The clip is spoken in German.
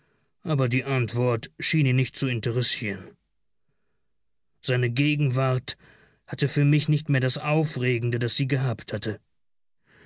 aber die antwort schien ihn nicht zu interessieren seine gegenwart hatte für mich nicht mehr das aufregende das sie gehabt hatte